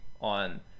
On